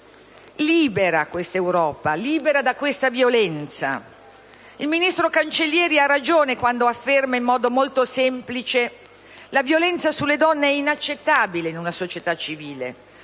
Delors - sull'Europa libera da questa violenza. Il ministro Cancellieri ha ragione quando afferma in modo molto semplice che la violenza sulle donne è inaccettabile in una società civile;